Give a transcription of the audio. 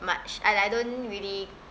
much I I don't really